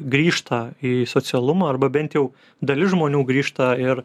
grįžta į socialumą arba bent jau dalis žmonių grįžta ir